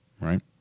Right